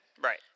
Right